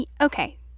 Okay